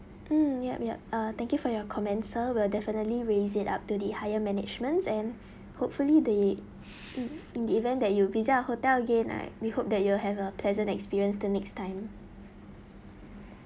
mm yup yup uh thank you for your comment sir we'll definitely raise it up to the higher managements and hopefully the mm in the event that you visit our hotel again I we hope that you will have a pleasant experience the next time